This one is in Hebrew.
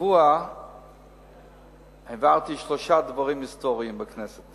השבוע העברתי שלושה דברים היסטוריים בכנסת